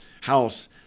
house